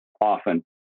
often